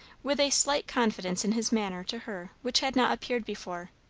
with a slight confidence in his manner to her which had not appeared before.